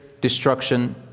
destruction